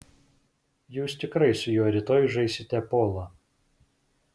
jūs tikrai su juo rytoj žaisite polą